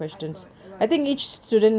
I got a lot of questions